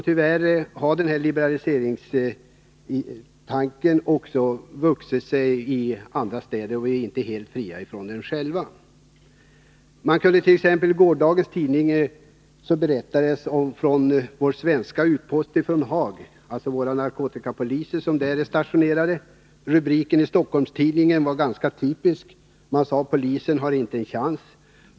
Tyvärr har liberaliseringstanken också vuxit i andra städer. Vi är själva inte helt fria från den. I gårdagens tidningt.ex. rapporterades från vår svenska utpost i Haag — vi har narkotikapoliser stationerade där. I Stockholms-Tidningen kunde man finna den ganska typiska rubriken: Polisen har inte en chans.